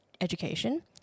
education